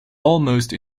almost